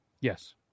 yes